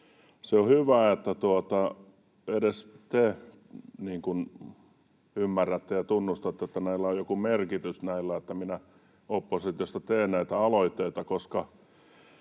Se on hyvä, että edes te ymmärrätte ja tunnustatte, että on joku merkitys sillä, että minä oppositiosta teen näitä aloitteita,